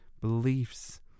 beliefs